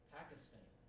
Pakistan